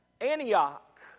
Antioch